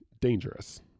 dangerous